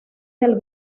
del